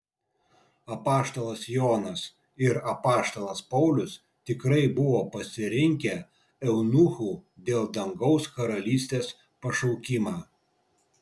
apaštalas jonas ir apaštalas paulius tikrai buvo pasirinkę eunuchų dėl dangaus karalystės pašaukimą